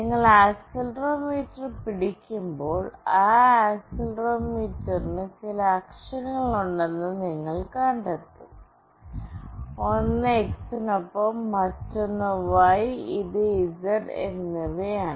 നിങ്ങൾ ആക്സിലറോമീറ്റർ പിടിക്കുമ്പോൾ ആ ആക്സിലറോമീറ്ററിന് ചില അക്ഷങ്ങളുണ്ടെന്ന് നിങ്ങൾ കണ്ടെത്തും ഒന്ന് എക്സിനൊപ്പം മറ്റൊന്ന് Y ഇത് Z എന്നിവയാണ്